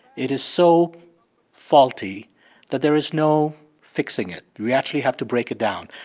it is so faulty that there is no fixing it. we actually have to break it down.